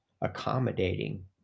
accommodating